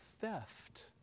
theft